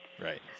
Right